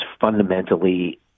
fundamentally